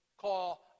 call